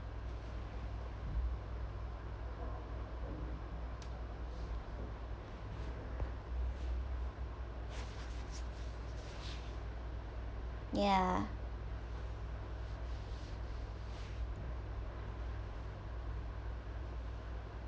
ya